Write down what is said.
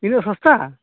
ᱤᱱᱟᱹᱜ ᱥᱚᱥᱛᱟ